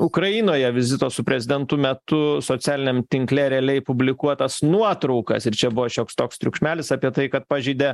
ukrainoje vizito su prezidentu metu socialiniam tinkle realiai publikuotas nuotraukas ir čia buvo šioks toks triukšmelis apie tai kad pažeidė